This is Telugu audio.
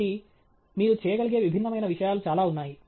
కాబట్టి మీరు చేయగలిగే విభిన్నమైన విషయాలు చాలా ఉన్నాయి